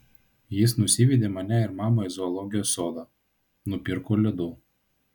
jis nusivedė mane ir mamą į zoologijos sodą nupirko ledų